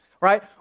right